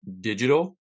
digital